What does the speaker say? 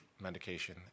medication